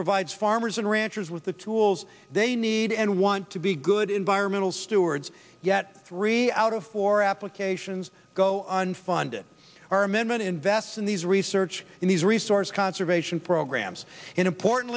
provides farmers and ranchers with the tools they need and want to be good environmental stewards yet three out of four applications go on funded our amendment invests in these research in these resource conservation programs important